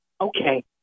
okay